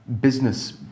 business